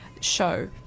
show